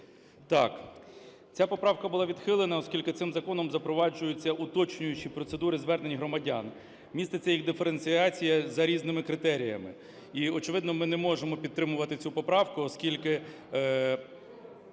Так, ця поправка була відхилена, оскільки цим законом запроваджується уточнюючи процедури звернення громадян, міститься їх диференціація за різними критеріями. І очевидно ми не можемо підтримувати цю поправку, оскільки